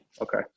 Okay